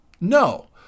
No